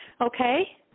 okay